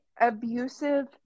abusive